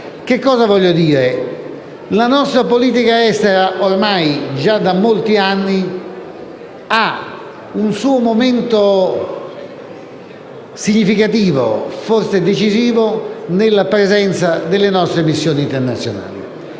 dell'Esecutivo. La nostra politica estera, ormai già da molti anni, ha un suo momento significativo, forse decisivo, nella presenza delle nostre missioni internazionali.